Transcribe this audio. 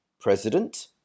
president